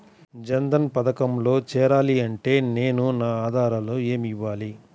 జన్ధన్ పథకంలో చేరాలి అంటే నేను నా ఆధారాలు ఏమి ఇవ్వాలి?